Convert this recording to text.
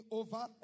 over